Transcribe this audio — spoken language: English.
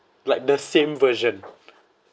like the same version